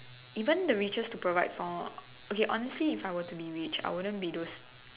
even the riches to provide for okay honestly if I were to be rich I wouldn't be those